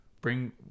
bring